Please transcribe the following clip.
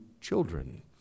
children